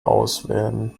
auswählen